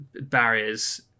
barriers